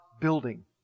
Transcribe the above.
building